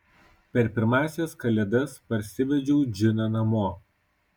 per pirmąsias kalėdas parsivedžiau džiną namo